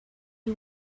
you